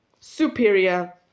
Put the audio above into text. Superior